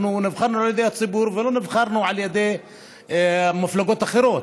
אנחנו נבחרנו על ידי הציבור ולא נבחרנו על ידי מפלגות אחרות.